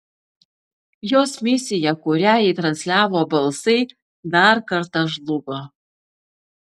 jos misija kurią jai transliavo balsai dar kartą žlugo